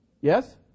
yes